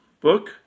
book